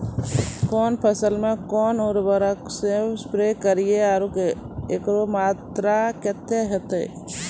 कौन फसल मे कोन उर्वरक से स्प्रे करिये आरु एकरो मात्रा कत्ते होते?